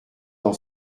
dans